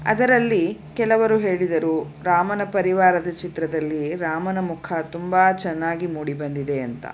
ಅದರಲ್ಲಿ ಕೆಲವರು ಹೇಳಿದರು ರಾಮನ ಪರಿವಾರದ ಚಿತ್ರದಲ್ಲಿ ರಾಮನ ಮುಖ ತುಂಬ ಚೆನ್ನಾಗಿ ಮೂಡಿ ಬಂದಿದೆ ಅಂತ